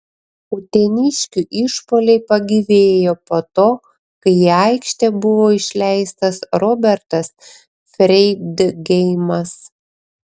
uteniškių išpuoliai pagyvėjo po to kai į aikštę buvo išleistas robertas freidgeimas